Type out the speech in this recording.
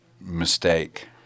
mistake